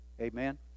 Amen